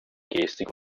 gestik